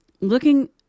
Looking